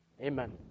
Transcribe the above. Amen